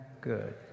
good